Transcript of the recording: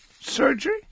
surgery